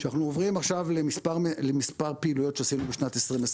אנחנו עוברים למספר פעילויות שעשינו ב-2021.